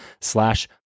slash